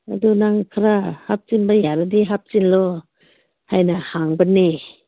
ꯑꯗꯨ ꯅꯪ ꯈ꯭ꯔꯥ ꯍꯥꯞꯆꯤꯟꯕ ꯌꯥꯔꯗꯤ ꯍꯥꯞꯆꯤꯜꯂꯣ ꯍꯥꯏꯅ ꯍꯪꯕꯅꯦ